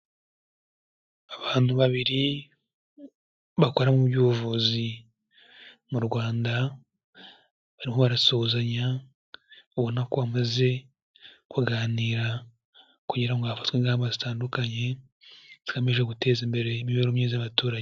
Abantu babiri bakora mu by'ubuvuzi mu Rwanda, barimo barasuhuzanya ubona ko bamaze kuganira kugira ngo hafatwe ingamba zitandukanye zigamije guteza imbere imibereho myiza y'abaturage.